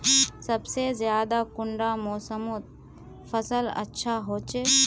सबसे ज्यादा कुंडा मोसमोत फसल अच्छा होचे?